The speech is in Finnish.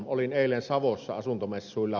olin eilen savossa asuntomessuilla